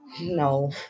no